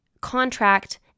contract